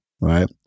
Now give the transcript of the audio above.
right